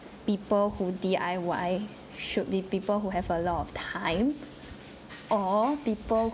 people who D_I_Y should be people who have a lot of time or people